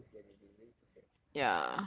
it's too sian already really too sian